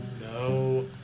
No